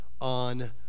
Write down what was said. on